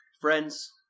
Friends